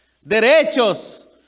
derechos